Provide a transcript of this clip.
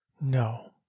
No